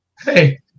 hey